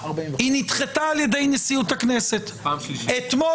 הדיון המבוקש נדחה על ידי הנהלת הכנסת בפעם השלישית.